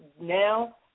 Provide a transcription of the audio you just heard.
now